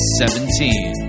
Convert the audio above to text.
seventeen